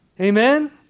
Amen